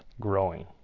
growing